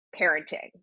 parenting